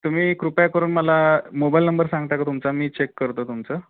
तुम्ही कृपया करून मला मोबाईल नंबर सांगता का तुमचा मी चेक करतो तुमचं